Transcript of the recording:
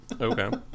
Okay